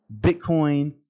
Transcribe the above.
Bitcoin